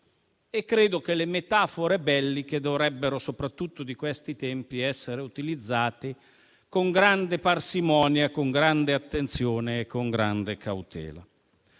E credo che le metafore belliche dovrebbero, soprattutto di questi tempi, essere utilizzate con grande parsimonia, attenzione e cautela.